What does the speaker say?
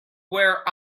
where